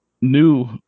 new